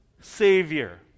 Savior